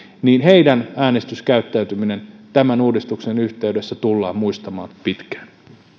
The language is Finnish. äänestyskäyttäytyminen tämän uudistuksen yhteydessä tullaan muistamaan pitkään